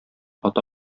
ата